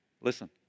Listen